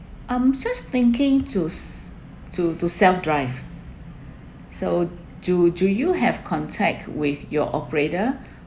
I'm just thinking to to to self drive so do do you have contact with your operator